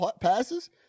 passes